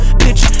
bitch